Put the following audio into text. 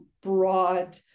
broad